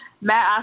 Matt